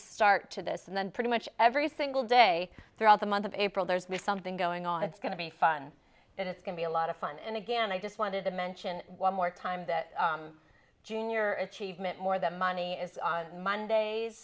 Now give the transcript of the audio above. start to this and then pretty much every single day throughout the month of april there's be something going on it's going to be fun and it's going to be a lot of fun and again i just wanted to mention one more time that junior achievement more than money is on mondays